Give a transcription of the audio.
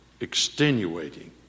extenuating